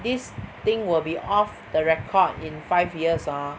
this thing will be off the record in five years hor